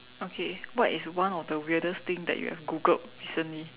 okay what is one of the weirdest thing that you have Googled recently